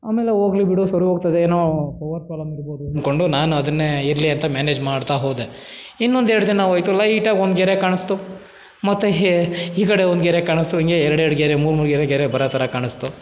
ಆಮೇಲೆ ಹೋಗ್ಲಿ ಬಿಡು ಸರಿ ಹೋಗ್ತದೇನೋ ಪವರ್ ಪ್ರಾಬ್ಲಮ್ ಇರ್ಬೋದು ಅಂದ್ಕೊಂಡು ನಾನು ಅದನ್ನೇ ಇರಲಿ ಅಂತ ಮ್ಯಾನೇಜ್ ಮಾಡ್ತಾ ಹೋದೆ ಇನ್ನೊಂದು ಎರ್ಡು ದಿನ ಹೋಯ್ತು ಲೈಟಾಗಿ ಒಂದು ಗೆರೆ ಕಾಣಿಸ್ತು ಮತ್ತೆ ಹೇ ಈ ಕಡೆ ಒಂದು ಗೆರೆ ಕಾಣಿಸ್ತು ಹಿಂಗೆ ಎರ್ಡೆರ್ಡು ಗೆರೆ ಮೂರು ಮೂರು ಗೆರೆ ಗೆರೆ ಬರೋ ಥರ ಕಾಣಿಸ್ತು